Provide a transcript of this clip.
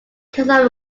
castle